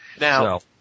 Now